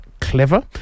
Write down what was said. clever